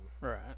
right